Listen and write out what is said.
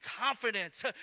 confidence